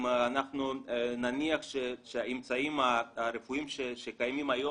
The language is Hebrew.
אם אנחנו נניח שהאמצעים הרפואיים שקיימים היום